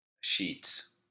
sheets